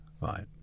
Right